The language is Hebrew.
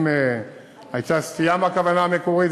אם הייתה סטייה מהכוונה המקורית,